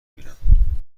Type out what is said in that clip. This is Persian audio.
بینم